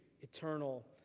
eternal